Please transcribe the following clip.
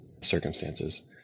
circumstances